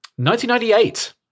1998